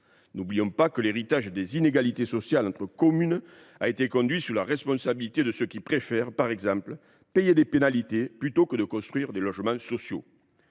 N’oublions pas que l’héritage des inégalités sociales entre communes s’est transmis sous la responsabilité de ceux qui préfèrent, par exemple, payer des pénalités plutôt que de construire des logements sociaux…